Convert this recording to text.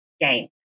game